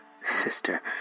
sister